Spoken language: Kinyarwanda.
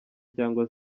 cyangwa